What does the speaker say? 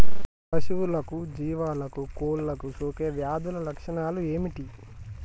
పశువులకు జీవాలకు కోళ్ళకు సోకే వ్యాధుల లక్షణాలు ఏమిటి?